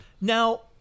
Now